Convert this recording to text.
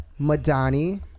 Madani